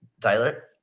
Tyler